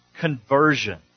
conversion